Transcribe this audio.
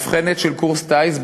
למאבחנת של קורס טיס,